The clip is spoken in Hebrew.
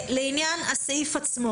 לעניין הסעיף עצמו.